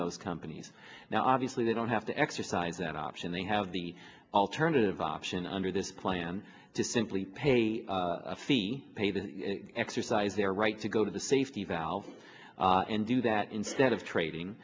those companies now obviously they don't have to exercise that option they have the alternative option under this plan to simply pay a fee paid to exercise their right to go to the safety valve and do that instead of